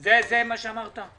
זה מה שאמרת?